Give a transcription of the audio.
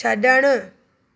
छड॒णु